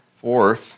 fourth